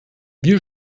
wir